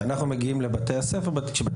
כשאנחנו מגיעים לבתי הספר הם שבפועל,